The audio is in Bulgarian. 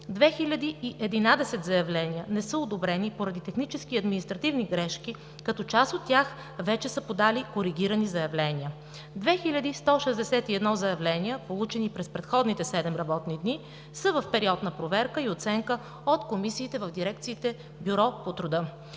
2011 заявления не са одобрени поради технически и административни грешки, като част от тях вече са подали коригирани заявления. 2161 заявления, получени през предходните седем работни дни, са в период на проверка и оценка от комисиите в дирекциите „Бюро по труда“.